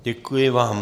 Děkuji vám.